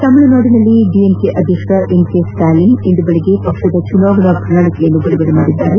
ತಮಿಳುನಾಡಿನಲ್ಲಿ ಡಿಎಂಕೆ ಅಧ್ಯಕ್ಷ M K Stalin ಇಂದು ಬೆಳಗ್ಗೆ ಪಕ್ಷದ ಚುನಾವಣಾ ಪ್ರಣಾಳಕೆ ಬಿಡುಗಡೆಗೊಳಿಸಿದರು